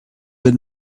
been